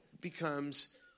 becomes